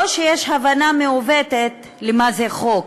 או שיש הבנה מעוותת של מה זה חוק,